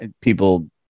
people